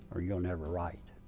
or you'll never write.